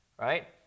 right